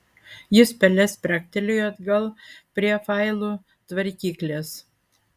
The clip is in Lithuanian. jis pele spragtelėjo atgal prie failų tvarkyklės